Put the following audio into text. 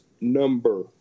number